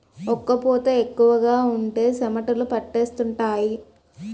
ఒక్క పూత ఎక్కువగా ఉంటే చెమటలు పట్టేస్తుంటాయి